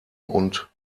und